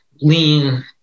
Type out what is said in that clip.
lean